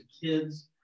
kids